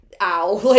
ow